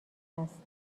است